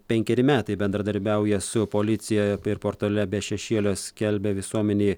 penkeri metai bendradarbiauja su policija ir portale be šešėlio skelbia visuomenei